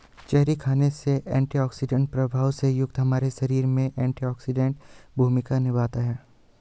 cherry खाने से antioxidant प्रभाव से युक्त हमारे शरीर में एंटीऑक्सीडेंट भूमिका निभाता है